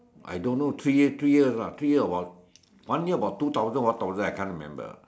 I don't know three year three year lah three year about one year about two thousand one thousand I can't remember